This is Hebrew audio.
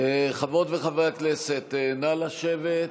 חברות וחברי הכנסת, נא לשבת.